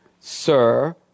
Sir